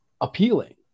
appealing